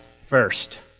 first